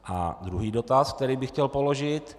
A druhý dotaz, který bych chtěl položit.